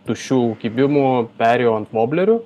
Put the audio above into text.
tuščių kibimų perėjau ant voblerių